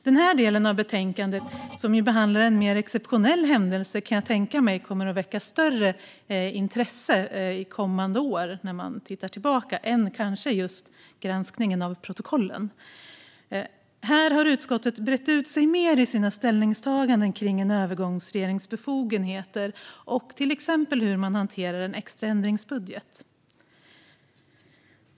Den här delen av betänkandet, som behandlar en mer exceptionell händelse, kan jag tänka mig kommer att väcka större intresse kommande år när vi tittar tillbaka än just granskningen av protokollen. Här har utskottet brett ut sig mer i sina ställningstaganden kring en övergångsregerings befogenheter och till exempel hur man hanterar en extra ändringsbudget.